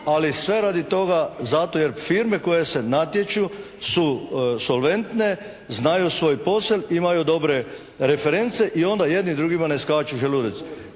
ali sve radi toga zato jer firme koje se natječu su solventne, znaju svoj posao, imaju dobre reference i onda jedni drugima ne skaču u želudac.